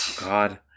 God